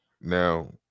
Now